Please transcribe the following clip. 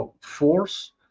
force